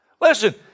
Listen